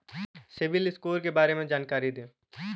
CIBIL score के बारे में जानकारी दें?